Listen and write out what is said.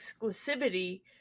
exclusivity